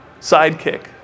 sidekick